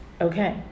Okay